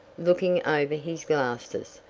looking over his glasses,